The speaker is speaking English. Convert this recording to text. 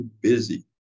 busy